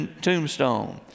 tombstone